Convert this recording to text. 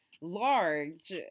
large